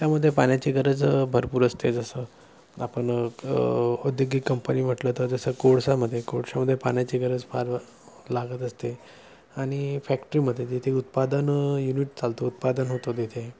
त्यामध्ये पाण्याची गरज भरपूर असते जसं आपण औद्योगिक कंपनी म्हटलं तर जसं कोळशामध्ये कोळशामध्ये पाण्याची गरज फार लागते लागत असते आणि फॅक्टरीमध्ये तिथे उत्पादन युनिट चालतो उत्पादन होतो तिथे